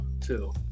Two